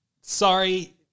Sorry